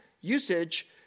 usage